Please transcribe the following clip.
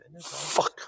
Fuck